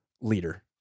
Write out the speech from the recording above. leader